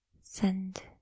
send